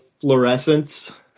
fluorescence